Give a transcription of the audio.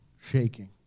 shaking